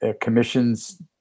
commissions